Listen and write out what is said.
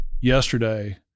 yesterday